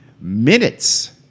Minutes